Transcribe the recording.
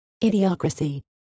Idiocracy